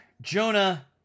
Jonah